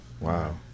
Wow